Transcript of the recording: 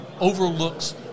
overlooks